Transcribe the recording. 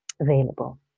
available